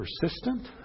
persistent